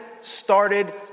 started